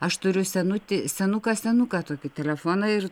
aš turiu senutį senuką senuką tokį telefoną ir